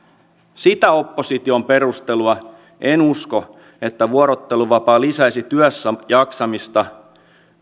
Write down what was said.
sitä opposition perustelua en usko että vuorotteluvapaa lisäisi työssäjaksamista